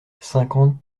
cinquante